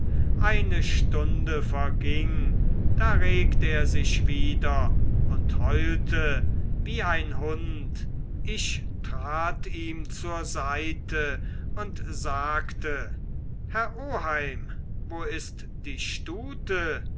eine stunde verging da regt er sich wieder und heulte wie ein hund ich trat ihm zur seite und sagte herr oheim wo ist die stute